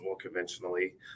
conventionally